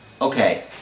okay